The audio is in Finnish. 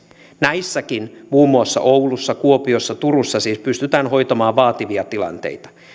näissäkin muun muassa oulussa kuopiossa turussa siis pystytään hoitamaan vaativia tilanteita